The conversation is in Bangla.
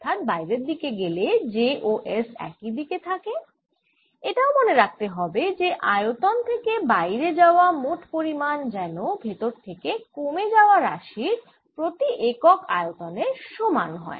অর্থাৎ বাইরের দিকে গেলে j ও s একই দিকে হয় এটাও মনে রাখতে হবে যে আয়তন থেকে বাইরে যাওয়া মোট পরিমাণ যেন ভেতর থেকে কমে যাওয়া রাশির প্রতি একক আয়তনের সমান হয়